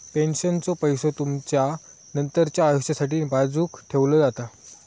पेन्शनचो पैसो तुमचा नंतरच्या आयुष्यासाठी बाजूक ठेवलो जाता